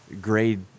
grade